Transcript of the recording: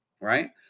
right